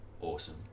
Awesome